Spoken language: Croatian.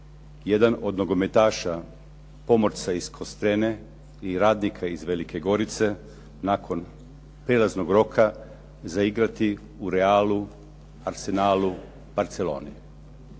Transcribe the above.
jedan od nogometaša Pomorca iz Kostrene i Radnika iz Velike Gorice nakon prijelaznog roka zaigrati u Realu, Arsenalu, Barceloni?